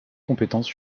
compétence